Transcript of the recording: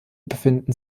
befinden